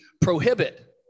prohibit